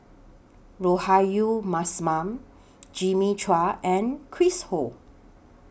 Rahayu Mahzam Jimmy Chua and Chris Ho